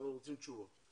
אנחנו רוצים תשובות.